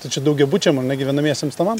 tai čia daugiabučiam ane gyvenamiesiems namam